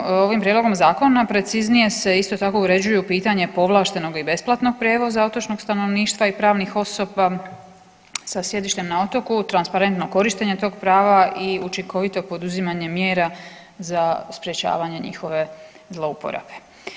Prijedlogom, ovim prijedlogom zakona preciznije se isto tako uređuju pitanja povlaštenog i besplatnog prijevoza otočnog stanovništva i pravnih osoba sa sjedištem na otoku, transparentno korištenje tog prava i učinkovito poduzimanje mjera za sprječavanje njihove zlouporabe.